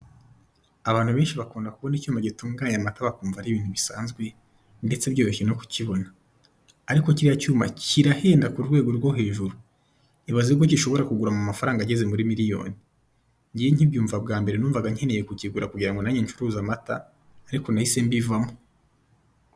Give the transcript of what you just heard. Abantu benshi bakunda kubona icyuma gitunganya amata bakumva ari ibintu bisanzwe, ndetse byoroshye no kukibona, ariko kiriya cyuma kirahenda ku rwego rwo hejuru, ibaze ko gishobora kugura mu mafaranga ageze muri miiyoni, nge nkibyumva bwa mbere numvaga nkeneye kukigura ngo nange ncuruze amata, ariko nahise mbivamo.